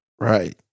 Right